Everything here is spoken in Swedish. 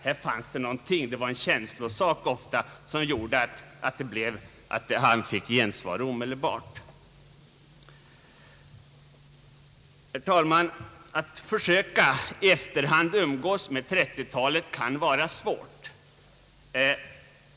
Det var ofta känsloskäl som gjorde att Ohlin fick gensvar omedelbart. Herr talman! Att försöka att i efterhand umgås med 1930-talet kan vara svårt.